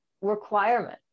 requirement